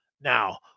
Now